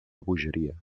bogeria